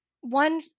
one